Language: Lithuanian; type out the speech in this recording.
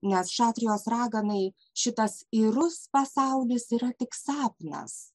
nes šatrijos raganai šitas irus pasaulis yra tik sapnas